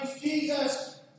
Jesus